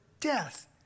death